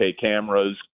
cameras